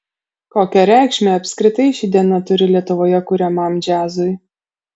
kokią reikšmę apskritai ši diena turi lietuvoje kuriamam džiazui